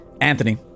anthony